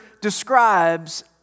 describes